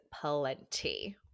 plenty